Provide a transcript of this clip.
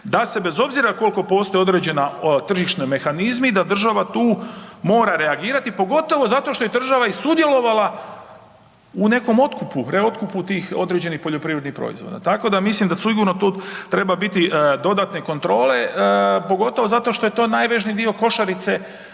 da se bez obzira koliko postoje određeni tržišni mehanizmi da država tu mora reagirati pogotovo zato što je država i sudjelovala u nekom otkupu, reotkupu tih određenih poljoprivrednih proizvoda. Tako da mislim da sigurno tu treba biti dodatne kontrole pogotovo zato što je to najvažniji dio košarice